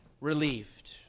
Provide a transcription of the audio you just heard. relieved